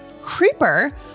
creeper